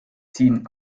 ziehen